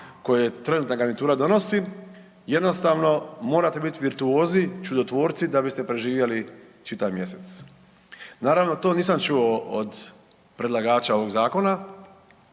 koje trenutna garnitura donosi jednostavno morate biti virtuozi, čudotvorci da biste preživjeli čitav mjesec. Naravno to nisam čuo od predlagača ovog zakona,